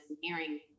hearing